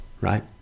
right